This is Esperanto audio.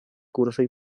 kursoj